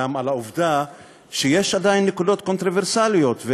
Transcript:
העובדה שיש עדיין נקודות קונטרוברסליות.